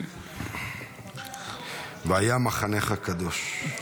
"והיה מחניך קדוש".